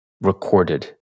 recorded